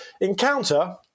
Encounter